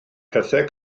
pethau